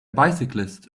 bicyclist